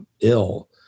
ill